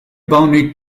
bony